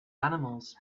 animals